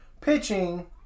pitching